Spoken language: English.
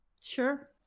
sure